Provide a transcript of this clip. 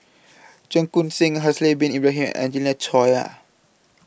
Cheong Koon Seng Haslir Bin Ibrahim Angelina Choy